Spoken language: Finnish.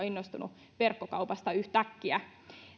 innostunut verkkokaupasta yhtäkkiä